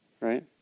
right